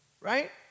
Right